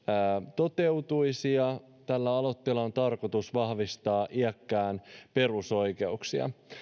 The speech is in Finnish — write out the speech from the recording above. toteutuisi tällä aloitteella on tarkoitus vahvistaa iäkkään perusoikeuksia